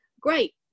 Great